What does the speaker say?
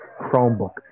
Chromebook